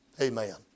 amen